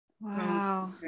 Wow